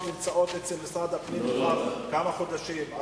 נמצאות במשרד הפנים כבר כמה חודשים.